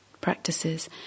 practices